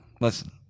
Listen